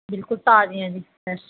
ਬਿਲਕੁਲ ਤਾਜ਼ੀਆ ਜੀ ਫਰੈਸ਼